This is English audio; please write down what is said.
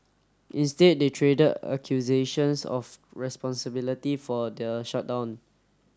instead they traded accusations of responsibility for the shutdown